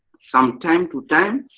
some time to time,